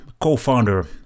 co-founder